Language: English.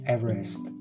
Everest